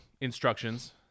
instructions